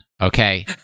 okay